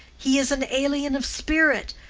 he is an alien of spirit,